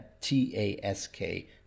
T-A-S-K